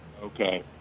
Okay